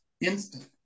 instant